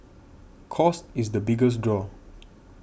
cost is the biggest draw